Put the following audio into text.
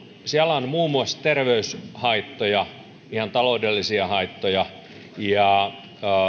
siellä on muun muassa terveyshaittoja ihan taloudellisia haittoja ja